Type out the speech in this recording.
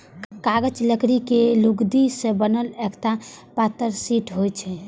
कागज लकड़ी के लुगदी सं बनल एकटा पातर शीट होइ छै